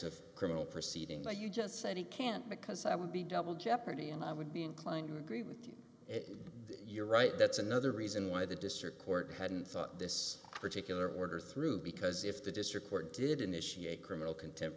of criminal proceeding but you just said he can't because i would be double jeopardy and i would be inclined to agree with you if you're right that's another reason why the district court hadn't thought this particular order through because if the district court did initiate criminal contempt